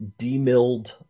demilled